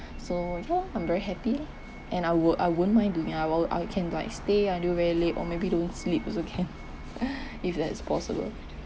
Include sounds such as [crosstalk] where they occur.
so ya lah I'm very happy lah and I would I won't mind doing I'm all I can like stay until very late or maybe don't sleep also can [breath] if that's possible